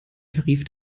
tarif